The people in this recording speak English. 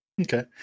Okay